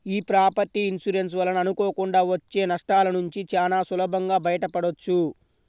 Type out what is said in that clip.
యీ property insurance వలన అనుకోకుండా వచ్చే నష్టాలనుంచి చానా సులభంగా బయటపడొచ్చు